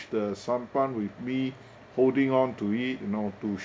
the sampan with me holding on to it you know to